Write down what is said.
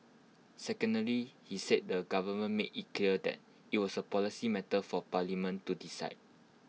secondly he said the government made IT clear that IT was A policy matter for parliament to decide